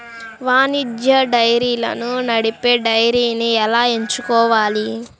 వాణిజ్య డైరీలను నడిపే డైరీని ఎలా ఎంచుకోవాలి?